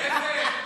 להפך.